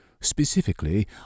Specifically